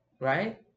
right